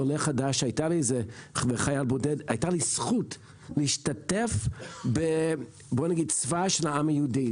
עולה חדש וחייל בודד שהיתה לי הזכות להשתתף בצבא של העם היהודי,